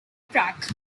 track